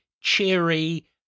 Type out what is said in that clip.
cheery